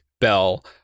bell